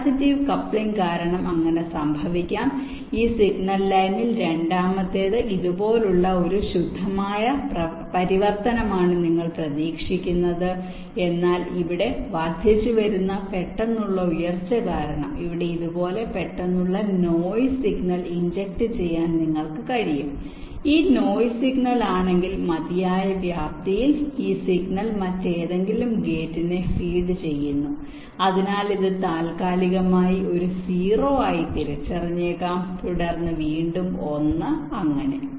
capacitive coupling കാരണം അങ്ങനെ സംഭവിക്കാം ഈ സിഗ്നൽ ലൈനിൽ രണ്ടാമത്തേത് ഇതുപോലുള്ള ഒരു ശുദ്ധമായ പരിവർത്തനമാണ് നിങ്ങൾ പ്രതീക്ഷിക്കുന്നത് എന്നാൽ ഇവിടെ വർദ്ധിച്ചുവരുന്ന പെട്ടെന്നുള്ള ഉയർച്ച കാരണം ഇവിടെ ഇതുപോലെ പെട്ടെന്നുള്ള നോയ്സ് സിഗ്നൽ ഇൻജെക്ട് ചെയ്യാൻ നിങ്ങൾക്ക് കഴിയും ഈ നോയ്സ് സിഗ്നൽ ആണെങ്കിൽ മതിയായ വ്യാപ്തിയിൽ ഈ സിഗ്നൽ മറ്റേതെങ്കിലും ഗേറ്റിനെ ഫീഡ് ചെയ്യുന്നു അതിനാൽ ഇത് താൽക്കാലികമായി ഒരു 0 ആയി തിരിച്ചറിഞ്ഞേക്കാം തുടർന്ന് വീണ്ടും 1 അങ്ങനെ